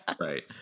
Right